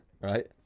right